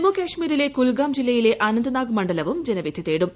ജമ്മുകാശ്മീരിലെ കുൽഗാം ജില്ലയിലെ അനന്ത്നാഗ് മണ്ഡലവും ജനവിധി തേടും